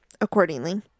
accordingly